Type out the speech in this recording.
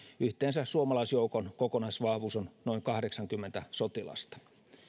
yhteensä suomalaisjoukon kokonaisvahvuus on noin kahdeksankymmentä sotilasta